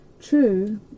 true